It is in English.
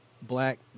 Black